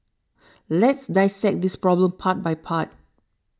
let's dissect this problem part by part